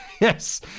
Yes